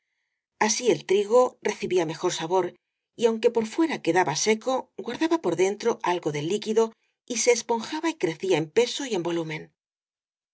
así el trigo recibía mejor sabor y aunque por fuera quedaba seco guardaba por dentro algo del líqui do y se esponjaba y crecía en peso y en volumen